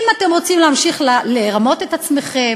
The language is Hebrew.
אם אתם רוצים להמשיך לרמות את עצמכם,